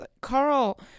Carl